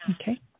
Okay